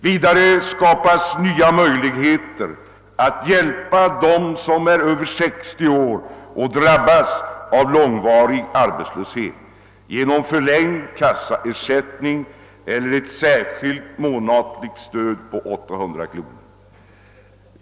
Vidare skapas nya möjligheter att genom förlängd kassaersättning eller ett särskilt månatligt stöd om 800 kronor hjälpa dem som är över 60 år och drabbats av långvarig arbetslöshet.